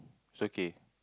it's okay